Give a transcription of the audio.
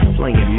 Playing